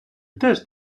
теж